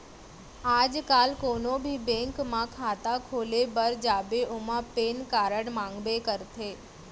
आज काल कोनों भी बेंक म खाता खोले बर जाबे ओमा पेन कारड मांगबे करथे